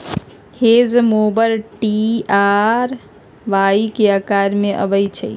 hedge mower T आ Y के अकार में अबई छई